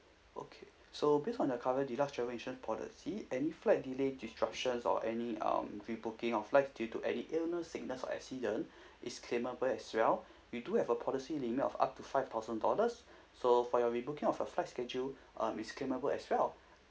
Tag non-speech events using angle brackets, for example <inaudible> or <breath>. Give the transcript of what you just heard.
okay so based on the current deluxe travel insurance policy any flight delay disruptions or any um rebooking of flight due to any illness sickness or accident <breath> it's claimable as well we do have a policy limit of up to five thousand dollars so for your rebooking of a flight schedule um is claimable as well